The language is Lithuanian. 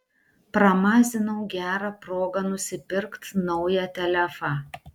pramazinau gerą progą nusipirkt naują telefą